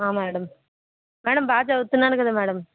madam madam బాగా చదువుతున్నాడు కదా మ్యాడమ్